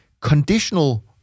conditional